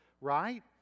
right